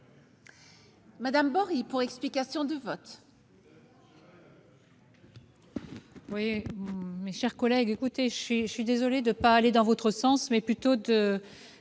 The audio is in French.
Pascale Bories, pour explication de vote.